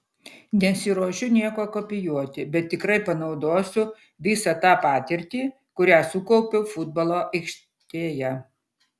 nesiruošiu nieko kopijuoti bet tikrai panaudosiu visą tą patirtį kurią sukaupiau futbolo aikštėje